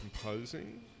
composing